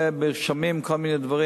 ושומעים כל מיני דברים.